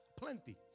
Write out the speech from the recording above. plenty